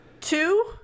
two